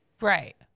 Right